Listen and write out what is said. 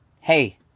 hey